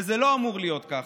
וזה לא אמור להיות ככה.